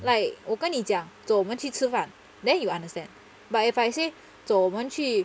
like 我跟你讲走我们去吃饭 then you will understand but if I say 走我们去